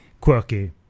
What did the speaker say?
quirky